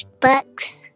books